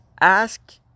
ask